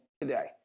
today